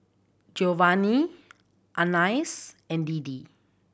Giovanni Anais and Deedee